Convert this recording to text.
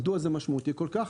מדוע זה משמעותי כל כך?